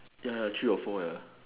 ya ya three or four ya